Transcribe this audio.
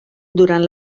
durant